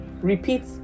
repeat